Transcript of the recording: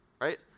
right